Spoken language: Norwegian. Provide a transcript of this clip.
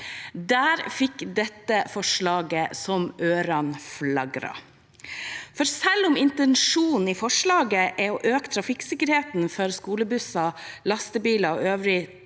Der fikk dette forslaget så ørene flagret. Selv om intensjonen i forslaget om å øke trafikksikkerheten for skolebusser, lastebiler og øvrig